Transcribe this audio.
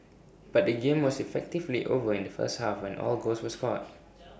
but the game was effectively over in the first half when all goals were scored